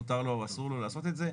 מותר לו או אסור לו לעשות את זה.